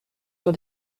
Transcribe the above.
sur